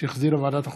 שהחזירה ועדת החוקה,